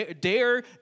dare